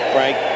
Frank